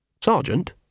Sergeant